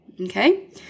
Okay